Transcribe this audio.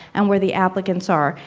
and where the applicants are,